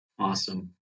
Awesome